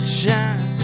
shine